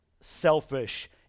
selfish